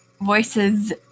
voices